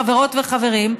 חברות וחברים,